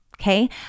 Okay